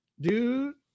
dude